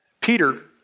Peter